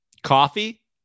Coffee